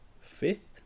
fifth